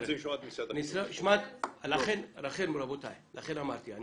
לכן אמרתי,